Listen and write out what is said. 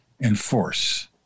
enforce